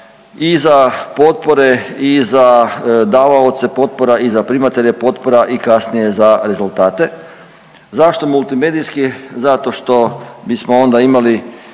i za potpore i za davaoce potpora i za primatelje potpora i kasnije za rezultate. Zašto multimedijski? Zato što bismo onda imali